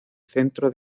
centro